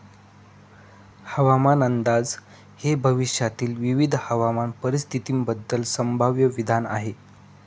हवामान अंदाज हे भविष्यातील विविध हवामान परिस्थितींबद्दल संभाव्य विधान आहे